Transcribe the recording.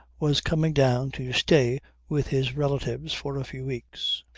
was coming down to stay with his relatives for a few weeks.